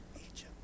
egypt